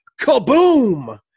kaboom